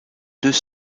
deux